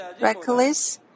reckless